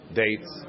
dates